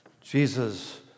Jesus